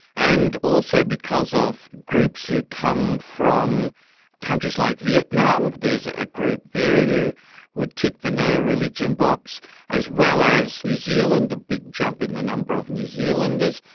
and also because of groups who come from countries like vietnam there's a group there who would tick the no-religion box as well as new zealand, a big jump in the number of new zealanders,